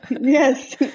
Yes